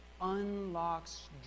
unlocks